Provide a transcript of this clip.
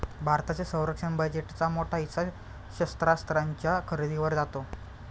भारताच्या संरक्षण बजेटचा मोठा हिस्सा शस्त्रास्त्रांच्या खरेदीवर जातो